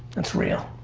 it's real.